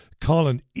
Colin